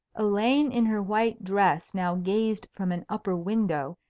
elaine in her white dress now gazed from an upper window,